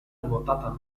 nuotata